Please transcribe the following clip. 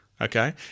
Okay